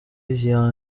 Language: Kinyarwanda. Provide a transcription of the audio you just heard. zidakira